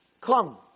come